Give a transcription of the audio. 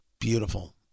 beautiful